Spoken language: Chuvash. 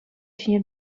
ҫине